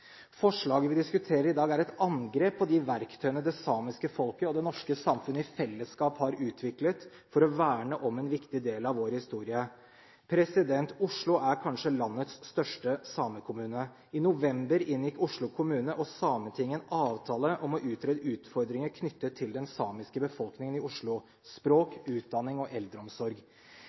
Forslaget vi diskuterer i dag, er et angrep på de verktøyene det samiske folket og det norske samfunn i fellesskap har utviklet for å verne om en viktig del av vår historie. Oslo er kanskje landets største samekommune. I november inngikk Oslo kommune og Sametinget en avtale om å utrede utfordringer knyttet til den samiske befolkningen i Oslo – språk, utdanning og eldreomsorg.